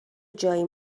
جایی